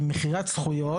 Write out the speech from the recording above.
"מכירת זכויות,